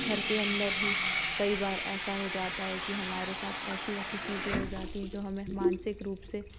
घर के अंदर ही कई बार ऐसा हो जाता है कि हमारे साथ ऐसी ऐसी चीज़ें हो जाती हैं जो हमें मानसिक रूप से